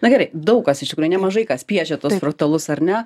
na gerai daug kas iš tikrųjų nemažai kas piešia tuos fraktalus ar ne